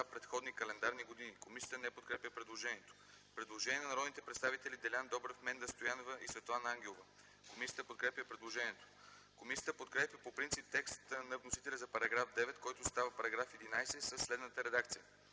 предходни календарни години”.” Комисията не подкрепя предложението. Има предложение на народните представители Делян Добрев, Менда Стоянова и Светлана Ангелова. Комисията подкрепя предложението. Комисията подкрепя по принцип текста на вносителя за § 9, който става § 11, със следната редакция: